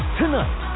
tonight